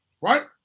right